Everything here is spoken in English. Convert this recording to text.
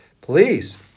please